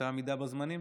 אותה עמידה בזמנים?